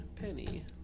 penny